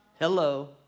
Hello